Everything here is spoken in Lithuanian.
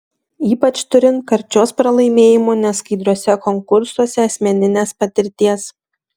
ypač turint karčios pralaimėjimų neskaidriuose konkursuose asmeninės patirties